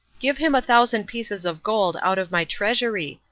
give him a thousand pieces of gold out of my treasury,